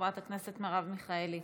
חברת הכנסת מרב מיכאלי,